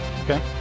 Okay